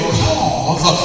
cause